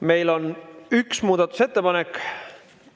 Meil on üks muudatusettepanek,